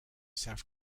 south